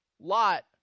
Lot